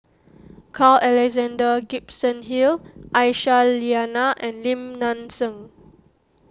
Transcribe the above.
Carl Alexander Gibson Hill Aisyah Lyana and Lim Nang Seng